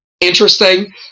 interesting